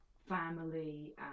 family